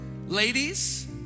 ladies